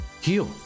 Heal